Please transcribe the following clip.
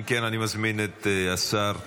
אם כן, אני מזמין את השר המקשר.